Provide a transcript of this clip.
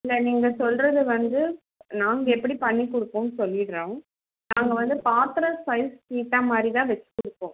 இல்லை நீங்கள் சொல்கிறது வந்து நாங்க எப்படி பண்ணிக்கொடுப்போம்னு சொல்லிடுறோம் நாங்கள் வந்து பாத்திரம் சைஸ்க்கு ஏற்ற மாதிரி தான் வச்சுக் கொடுப்போம்